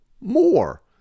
more